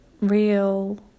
real